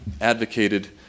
advocated